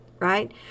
right